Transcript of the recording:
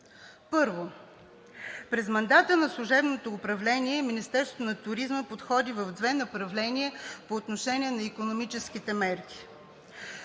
Първо, през мандата на служебното управление Министерството на туризма подходи в две направления по отношение на икономическите мерки: